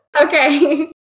Okay